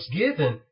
given